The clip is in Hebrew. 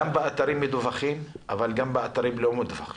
גם באתרים מדווחים אבל גם באתרים לא מדווחים.